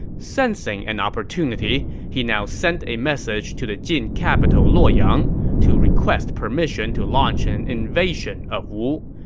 sensing an opportunity, he now sent a message to the jin capital luoyang to request permission to launch an invasion of wu.